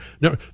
No